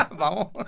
ah vamo